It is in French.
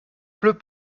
pleut